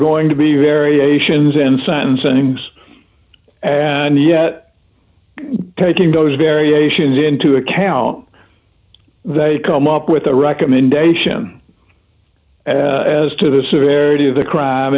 going to be variations in sentence and things as yet taking those variations into account they come up with a recommendation as to the severity of the crime